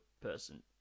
person